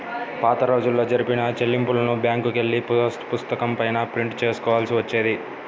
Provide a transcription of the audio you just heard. పాతరోజుల్లో జరిపిన చెల్లింపులను బ్యేంకుకెళ్ళి పాసుపుస్తకం పైన ప్రింట్ చేసుకోవాల్సి వచ్చేది